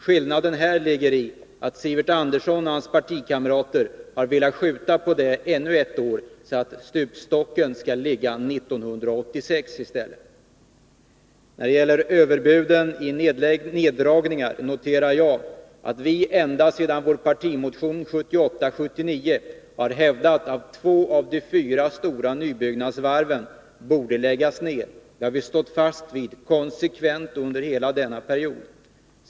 Skillnaden ligger här i att Sivert Andersson och hans partikamrater har velat skjuta på kravet ännu ett år, så att stupstocken skall användas 1986 i stället. När det gäller överbuden i fråga om neddragningar noterar jag att vi ända sedan vår partimotion 1978/79 har hävdat att två av de fyra stora nybyggnadsvarven borde läggas ner. Det har vi konsekvent stått fast vid under hela denna period.